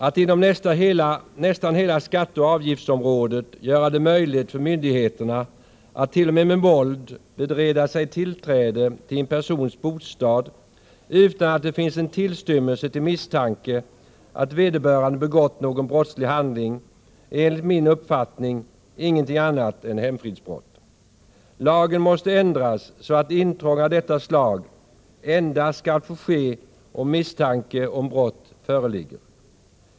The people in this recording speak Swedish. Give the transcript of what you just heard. Att inom nästan hela skatteoch avgiftsområdet göra det möjligt för myndigheterna att t.o.m. med våld bereda sig tillträde till en persons bostad, utan att det finns en tillstymmelse till misstanke att vederbörande begått någon brottslig handling, är enligt min uppfattning ingenting annat än hemfridsbrott. Lagen måste ändras så att intrång av detta slag endast får ske om misstanke om brott föreligger.